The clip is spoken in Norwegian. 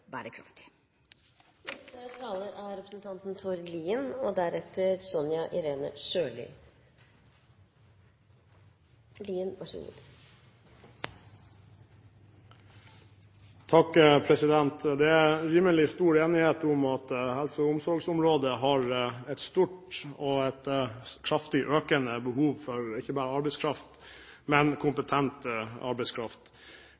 bærekraftig. Det er rimelig stor enighet om at helse- og omsorgsområdet har et stort og kraftig økende behov for ikke bare arbeidskraft, men